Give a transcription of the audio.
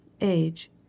Age